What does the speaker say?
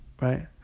right